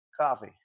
coffee